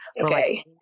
Okay